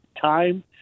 time